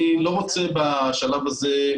לכן התחלתי ואמרתי שאני לא רוצה להתייחס לסוגיית